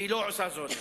והיא לא עושה זאת.